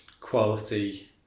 quality